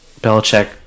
Belichick